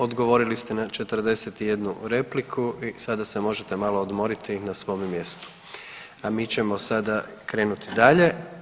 Odgovorili ste na 41 repliku i sada se možete malo odmoriti na svome mjestu, a mi ćemo sada krenuti dalje.